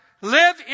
live